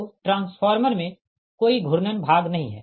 तो ट्रांसफार्मर में कोई घूर्णन भाग नहीं है